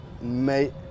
mate